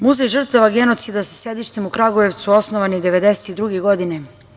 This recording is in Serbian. Muzej žrtava genocida sa sedištem u Kragujevcu osnovan je 1992. godine.